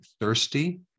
thirsty